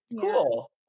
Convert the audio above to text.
cool